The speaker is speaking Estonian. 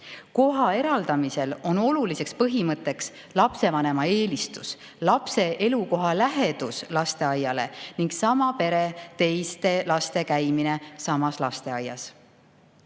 Koha eraldamisel on oluline põhimõte lapsevanema eelistus, lapse elukoha lähedus lasteaiale ning sama pere teiste laste käimine samas lasteaias.